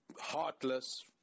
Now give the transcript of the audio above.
heartless